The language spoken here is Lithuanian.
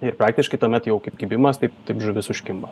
ir praktiškai tuomet jau kaip kibimas taip taip žuvis užkimba